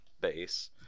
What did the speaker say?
base